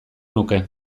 nuke